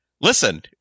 Listen